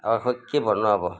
अब खोइ के भन्नु अब